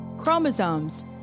Chromosomes